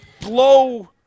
blow